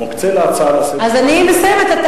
מוקצה להצעה לסדר-היום, אז אני כבר מסיימת.